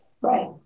Right